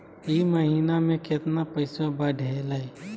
ई महीना मे कतना पैसवा बढ़लेया?